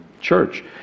church